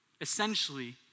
Essentially